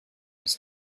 his